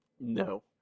no